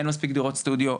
אין מספיק דירות סטודיו,